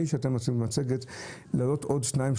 שאתם מציגים את המצגת אני רוצה להעלות עוד שניים,